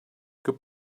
good